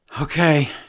Okay